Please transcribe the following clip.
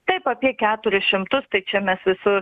taip apie keturis šimtus tai čia mes su